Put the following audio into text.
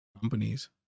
companies